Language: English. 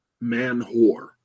man-whore